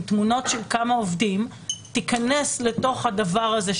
תמונות של כמה עובדים תיכנס לתוך הדבר הזה,